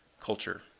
culture